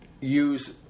use